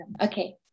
Okay